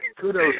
Kudos